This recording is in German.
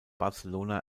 barcelona